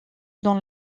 dans